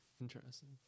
Interesting